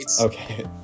okay